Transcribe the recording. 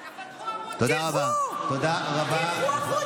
תלכו, תלכו החוצה.